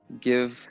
give